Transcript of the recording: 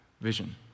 vision